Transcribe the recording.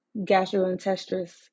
gastrointestinal